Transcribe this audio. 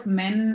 men